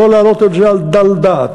לא לעלות את זה על דל דעת.